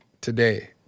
today